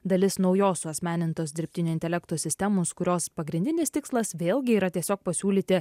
dalis naujos suasmenintos dirbtinio intelekto sistemos kurios pagrindinis tikslas vėlgi yra tiesiog pasiūlyti